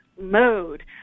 mode